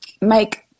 make